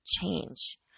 change